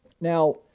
Now